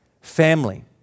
Family